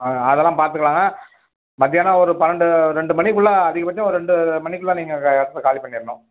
ஆ அதெல்லாம் பார்த்துக்கலாங்க மத்தியானம் ஒரு பன்னெண்டு ரெண்டு மணிக்குள்ளே அதிகபட்சம் ஒரு ரெண்டு மணிக்குள்ளே நீங்கள் இடத்த காலி பண்ணிடணும்